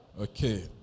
okay